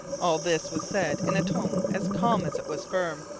all this was said in a tone as calm as it was firm.